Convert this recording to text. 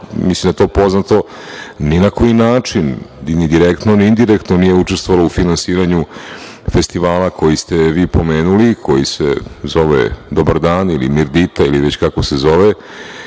mislim da je to poznato, ni na koji način ni direktno, ni indirektno nije učestvovala u finansiranju festivala koji ste vi pomenuli i koji se zove „Dobar dan“ ili „Mirdita“ ili kako se već